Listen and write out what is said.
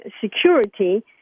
security